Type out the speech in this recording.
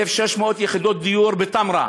1,600 יחידות דיור בתמרה,